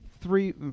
three